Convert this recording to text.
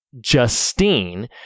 Justine